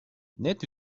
net